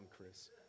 Chris